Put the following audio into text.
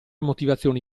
motivazioni